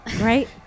Right